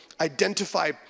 identify